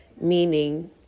Meaning